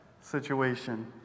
situation